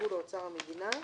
הושבו לאוצר המדינה,